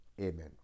Amen